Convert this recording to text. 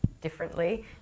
differently